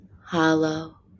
hollow